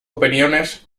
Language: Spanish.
opiniones